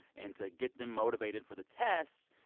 and to get them motivated for the test,